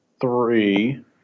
three